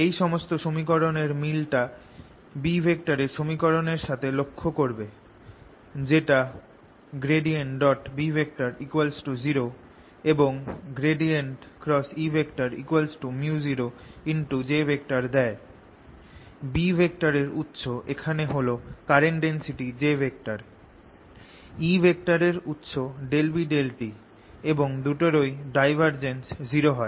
এই সমস্ত সমীকরণের মিল টা B এর সমীকরণের সাথে লক্ষ করবে যেটা B 0 এবং E µ0j দেয় B এর উৎস এখানে হল কারেন্ট ডেনসিটি j E এর উৎস ∂B∂t এবং দুটোরই ডাইভারজেন্স 0 হয়